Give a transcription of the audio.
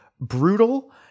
Brutal